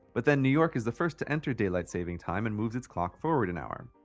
but then new york is the first to enter daylight saving time and moves its clock forward an hour.